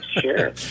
Sure